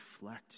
reflect